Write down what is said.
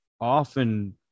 often